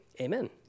Amen